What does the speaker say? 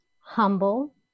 humble